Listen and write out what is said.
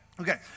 Okay